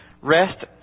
Rest